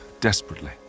desperately